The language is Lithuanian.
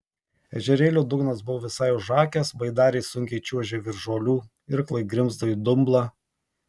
ežerėlio dugnas buvo visai užakęs baidarė sunkiai čiuožė virš žolių irklai grimzdo į dumblą